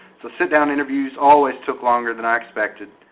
so sit down interviews always took longer than i expected